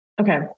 Okay